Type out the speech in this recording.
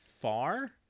far